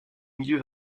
milieu